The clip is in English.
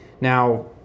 Now